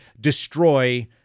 destroy